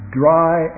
dry